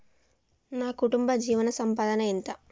మా కుటుంబ జీవన సంపాదన ఎంత?